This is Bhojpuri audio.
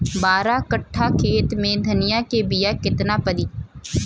बारह कट्ठाखेत में धनिया के बीया केतना परी?